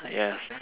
yes